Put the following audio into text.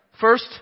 First